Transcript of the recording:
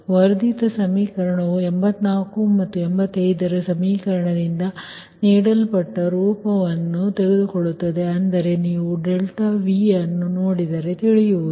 ವರ್ಧಿತ ಸಮೀಕರಣವು 84 ಮತ್ತು 85 ರ ಸಮೀಕರಣದಿಂದ ನೀಡಲ್ಪಟ್ಟ ರೂಪವನ್ನು ತೆಗೆದುಕೊಳ್ಳುತ್ತದೆ ಅಂದರೆ ನೀವು Vಅನ್ನು ನೋಡಿದರೆ ತಿಳಿಯುವುದು